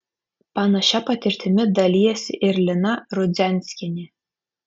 panašia patirtimi dalijasi ir lina rudzianskienė